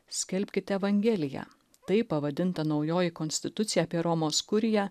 skelbkit evangeliją taip pavadinta naujoji konstitucija apie romos kuriją